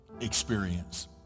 experience